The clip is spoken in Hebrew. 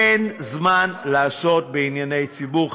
אין זמן לעסוק בענייני ציבור.